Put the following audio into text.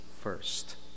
first